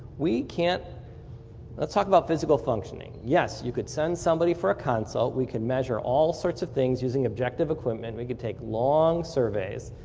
we can't let's talk about physical functioning. yes, you can send somebody for a consult, we can measure all sorts of things using objective equipment, we could take long survey,